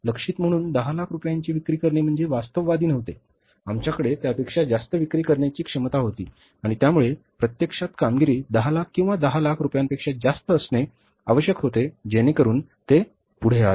लक्ष्यित म्हणून दहा लाख रुपयांची विक्री करणे म्हणजे वास्तववादी नव्हते आमच्याकडे त्यापेक्षा जास्त विक्री करण्याची क्षमता होती त्यामुळे प्रत्यक्षात कामगिरी दहा लाख किंवा दहा लाख रुपयांपेक्षा जास्त असणे आवश्यक होते जेणेकरून ते पुढे आले